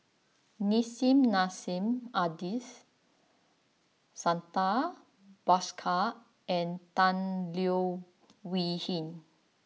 Nissim Nassim Adis Santha Bhaskar and Tan Leo Wee Hin